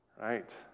Right